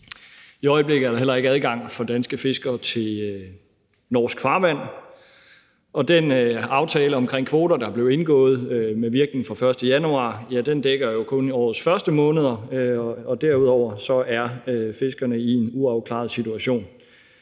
I øjeblikket er der heller ikke adgang for danske fiskere til norsk farvand, og den aftale omkring kvoter, der blev indgået med virkning fra den 1. januar, dækker jo kun årets første måneder, og derefter er fiskerne i en uafklaret situation.